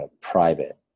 private